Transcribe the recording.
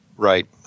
Right